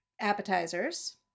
appetizers